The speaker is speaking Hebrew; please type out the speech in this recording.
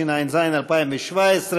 התשע"ז 2017,